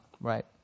right